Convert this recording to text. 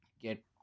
get